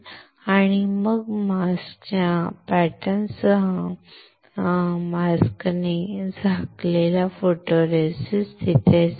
आणि मग मास्कच्या पॅटर्नसह मास्कने झाकलेला फोटोरेसिस्ट तिथेच राहील